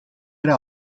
era